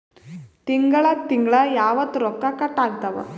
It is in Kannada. ತಿಂಗಳ ತಿಂಗ್ಳ ಯಾವತ್ತ ರೊಕ್ಕ ಕಟ್ ಆಗ್ತಾವ?